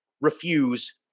refuse